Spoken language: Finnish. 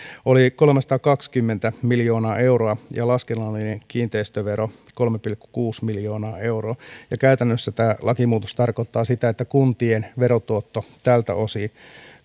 on kolmesataakaksikymmentä miljoonaa euroa ja laskennallinen kiinteistövero kolme pilkku kuusi miljoonaa euroa käytännössä tämä lakimuutos tarkoittaa sitä että kuntien verotuotto tältä osin